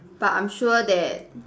but I'm sure that